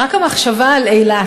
רק המחשבה על אילת,